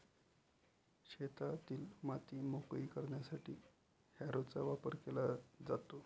शेतातील माती मोकळी करण्यासाठी हॅरोचा वापर केला जातो